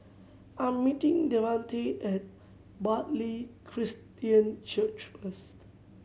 I'm meeting Devante at Bartley Christian Church first